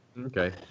Okay